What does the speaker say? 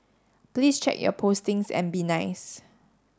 please check your postings and be nice